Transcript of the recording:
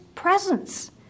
presence